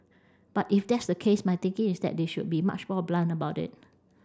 but if that's the case my thinking is that they should be much more blunt about it